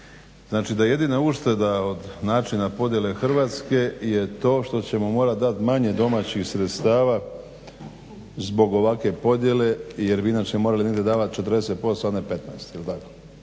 Znači da jedina ušteda od načina podjele Hrvatske je to što ćemo morat dat manje domaćih sredstava zbog ovakve podjele jer bi inače morali negdje davati 40%, a ne 15, jel tako?